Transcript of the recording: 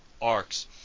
arcs